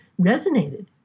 resonated